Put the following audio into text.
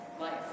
life